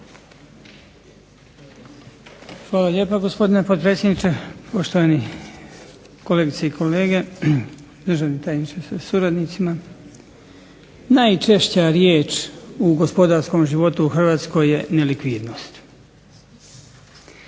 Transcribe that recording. Hvala lijepa gospodine potpredsjedniče, poštovani kolegice i kolege, državni tajniče sa suradnicima. Najčešća riječ u gospodarskom životu u Hrvatskoj je nelikvidnost. Ali,